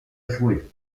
jouer